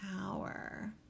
power